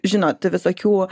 žinot visokių